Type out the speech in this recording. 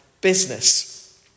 business